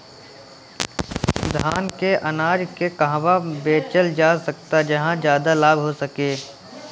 धान के अनाज के कहवा बेचल जा सकता जहाँ ज्यादा लाभ हो सके?